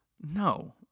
No